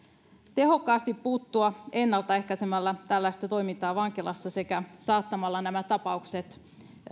puuttua tehokkaasti ennaltaehkäisemällä tällaista toimintaa vankilassa sekä saattamalla nämä tapaukset